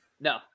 No